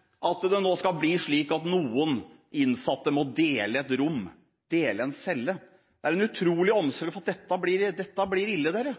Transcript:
det gjelder det at noen innsatte nå må dele et rom – dele en celle. Det utvises en utrolig omsorg: Dette blir ille, dere!